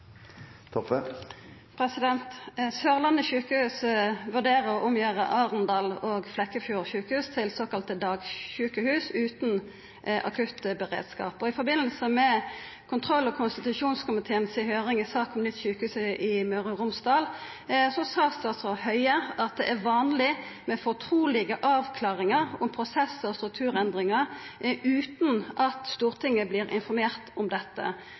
Sørlandet sjukehus vurderer å gjera om sjukehusa i Arendal og Flekkefjord til såkalla dagsjukehus utan akuttberedskap. I samband med høyringa til kontroll- og konstitusjonskomiteen i saka om nytt sjukehus i Møre og Romsdal sa statsråd Høie at det er vanleg med fortrulege avklaringar om prosess- og strukturendringar utan at Stortinget vert informert om dette.